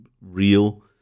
real